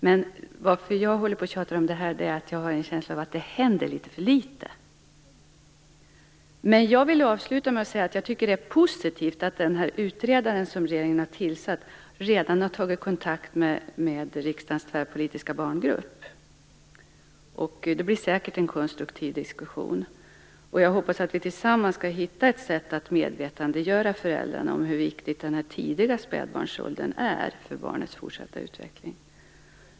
Men jag håller på att tjata om det här därför att jag har en känsla av att det händer för litet. Jag vill dock avsluta med att säga att jag tycker att det är positivt att den utredare som regeringen har tillsatt redan har tagit kontakt med riksdagens tvärpolitiska barngrupp. Det blir säkert en konstruktiv diskussion, och jag hoppas att vi tillsammans skall hitta ett sätt att medvetandegöra föräldrarna om hur viktig den tidiga spädbarnsåldern är för barnets fortsatta utveckling.